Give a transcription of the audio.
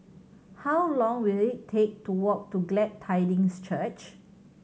how long will it take to walk to Glad Tidings Church